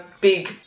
big